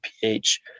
pH